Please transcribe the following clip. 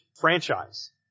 franchise